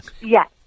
Yes